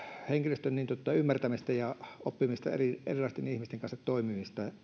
henkilöstön ymmärtämistä ja oppimista erilaisten ihmisten kanssa toimimista